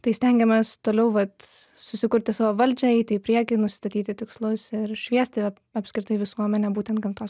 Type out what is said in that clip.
tai stengiamės toliau vat susikurti savo valdžią eiti į priekį nusistatyti tikslus ir šviesti apskritai visuomenę būtent gamtos